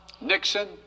Nixon